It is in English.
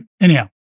Anyhow